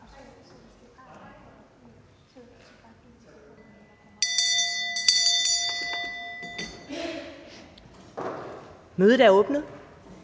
Mødet er åbnet.